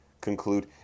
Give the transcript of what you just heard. conclude